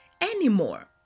anymore